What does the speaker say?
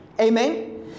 Amen